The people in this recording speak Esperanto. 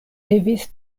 devis